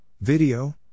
Video